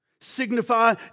signify